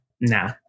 nah